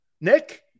Nick